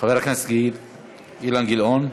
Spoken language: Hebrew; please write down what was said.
חבר הכנסת אילן גילאון,